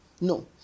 No